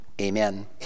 Amen